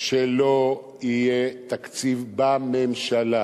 שלא יהיה תקציב בממשלה.